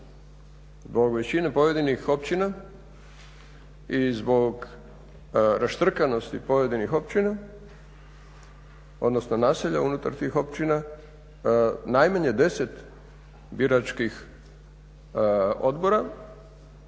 Zbog većine pojedinih općina i zbog raštrkanosti pojedinih općina odnosno naselja unutar tih općina najmanje 10 biračkih odbora